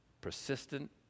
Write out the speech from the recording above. Persistent